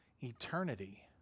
eternity